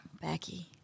Becky